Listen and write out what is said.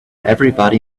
everybody